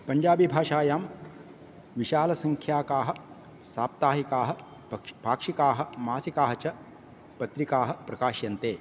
पञ्जाबिभाषायां विशालसंख्याकाः साप्ताहिकाः पक्ष् पाक्षिकाः मासिकाः च पत्रिकाः प्रकाश्यन्ते